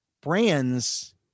brands